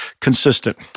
consistent